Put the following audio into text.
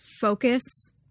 focus